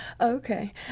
Okay